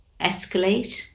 escalate